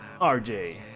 RJ